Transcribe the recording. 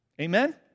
Amen